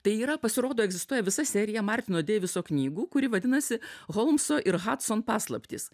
tai yra pasirodo egzistuoja visa serija martino deiviso knygų kuri vadinasi holmso ir hadson paslaptys